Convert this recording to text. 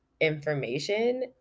information